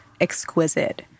exquisite